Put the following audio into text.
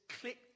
click